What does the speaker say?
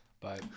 Bye